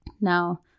Now